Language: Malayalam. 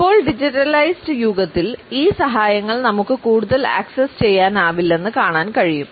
ഇപ്പോൾ ഡിജിറ്റലൈസ്ഡ് യുഗത്തിൽ ഈ സഹായങ്ങൾ നമുക്ക് കൂടുതൽ ആക്സസ് ചെയ്യാനാവില്ലെന്ന് കാണാൻ കഴിയും